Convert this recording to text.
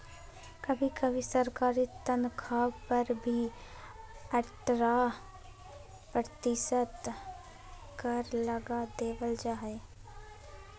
कभी कभी सरकारी तन्ख्वाह पर भी अट्ठारह प्रतिशत कर लगा देबल जा हइ